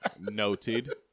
Noted